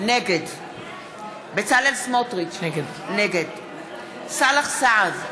נגד בצלאל סמוטריץ, נגד סאלח סעד,